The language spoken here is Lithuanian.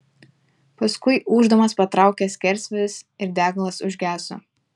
paskui ūždamas patraukė skersvėjis ir deglas užgeso